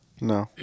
no